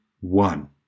one